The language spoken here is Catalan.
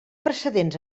precedents